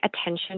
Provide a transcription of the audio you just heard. attention